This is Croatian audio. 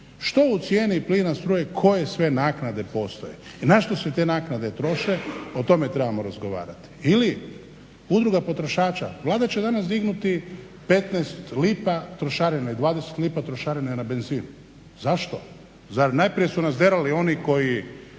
što u cijeni plina i struje koje sve naknade postoje i na što se te naknade troše o tome trebamo razgovarati. Ili Udruga potrošača, Vlada će danas dignuti 15 lipa trošarine i 20 lipa trošarine na benzin. Zašto? Najprije su nas derali oni koji